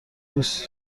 بوس